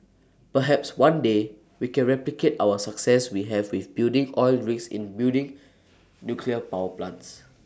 perhaps one day we can replicate our success we have with building oil rigs in building nuclear power plants